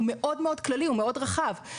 הוא מאוד כללי ורחב.